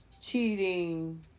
cheating